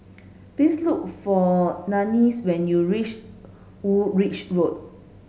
please look for Nanie's when you reach Woolwich Road